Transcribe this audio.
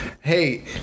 hey